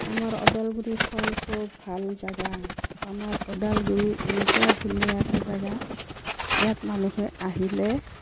আমাৰ ওদালগুৰিখন খুব ভাল জেগা আমাৰ ওদালগুৰি এনেকুৱা ধুনীয়া এটা জেগা ইয়াত মানুহে আহিলে